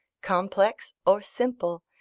complex or simple,